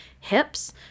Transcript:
hips